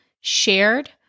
shared